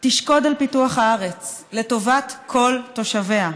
תשקוד על פיתוח הארץ לטובת כל תושביה,